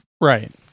Right